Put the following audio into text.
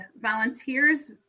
volunteers